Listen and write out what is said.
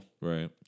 Right